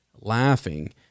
laughing